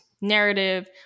narrative